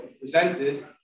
presented